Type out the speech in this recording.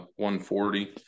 140